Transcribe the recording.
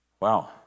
Wow